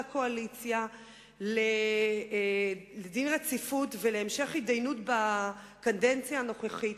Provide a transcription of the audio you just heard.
הקואליציה לדין רציפות ולהמשך התדיינות בקדנציה הנוכחית,